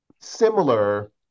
similar